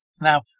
Now